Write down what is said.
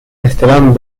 esteban